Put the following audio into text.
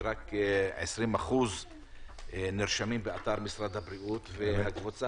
שרק 20% נרשמים באתר משרד הבריאות ושהקבוצה